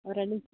ಹೊರಳಿ